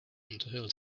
until